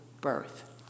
birth